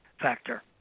factor